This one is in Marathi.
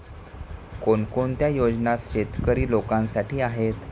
कोणकोणत्या योजना शेतकरी लोकांसाठी आहेत?